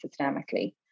systemically